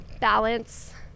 balance